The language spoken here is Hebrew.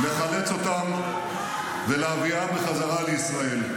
לחלץ אותם ולהביאם חזרה לישראל.